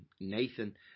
Nathan